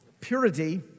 purity